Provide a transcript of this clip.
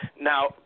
Now